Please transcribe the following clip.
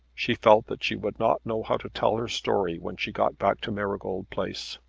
she felt that she would not know how to tell her story when she got back to marygold place.